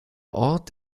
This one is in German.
ort